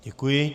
Děkuji.